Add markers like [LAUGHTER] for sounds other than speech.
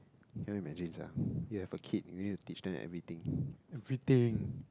cannot imagine sia [LAUGHS] you have a kid you need to teach them everything [BREATH] everything